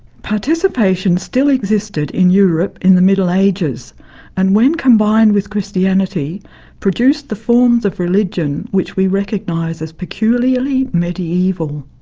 participation still existed in europe in the middle ages and when combined with christianity produced the forms of religion which we recognise as peculiarly medieval.